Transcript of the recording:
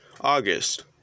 August